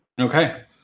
Okay